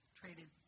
traded